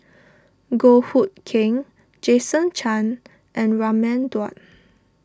Goh Hood Keng Jason Chan and Raman Daud